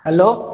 hello